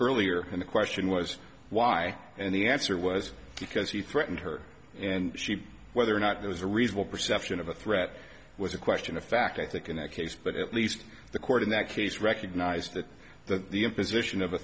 earlier in the question was why and the answer was because he threatened her and she whether or not there was a reasonable perception of a threat was a question of fact i think in that case but at least the court in that case recognized that the imposition of a